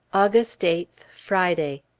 august eighth, friday.